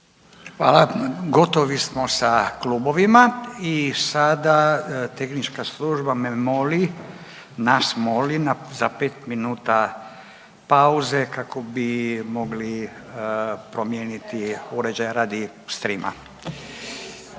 Hvala. Gotovi smo sa klubovima i sada tehnička služba me moli, nas moli za pet minuta pauze kako bi mogli promijeniti uređaj radi streama.